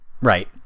Right